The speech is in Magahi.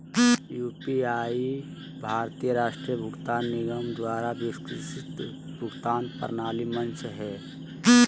यू.पी.आई भारतीय राष्ट्रीय भुगतान निगम द्वारा विकसित भुगतान प्रणाली मंच हइ